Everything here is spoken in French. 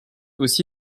aussi